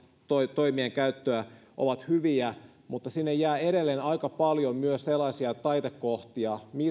toimien käyttöä ovat hyviä mutta sinne jää edelleen aika paljon myös sellaisia taitekohtia